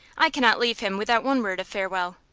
i cannot leave him without one word of farewell.